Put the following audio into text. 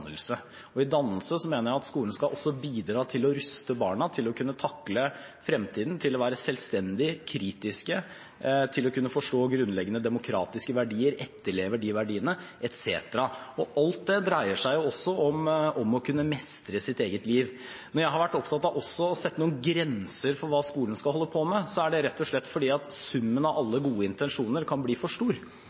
ruste barna til å kunne takle fremtiden, til å være selvstendige, kritiske, til å kunne forstå grunnleggende demokratiske verdier, etterleve de verdiene, etc. Alt det dreier seg også om å kunne mestre sitt eget liv. Når jeg har vært opptatt av også å sette noen grenser for hva skolen skal holde på med, er det rett og slett fordi summen av alle gode intensjoner kan bli for stor.